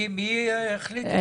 מי החליט את זה?